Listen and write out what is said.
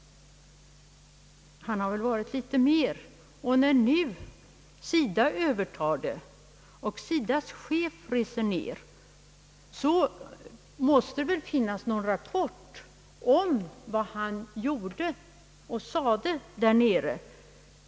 Han har väl varit litet mer? När nu SIDA övertar projektet och SIDA:s chef reser ner, måste det väl finnas någon rapport om vad han gjorde och sade där nere.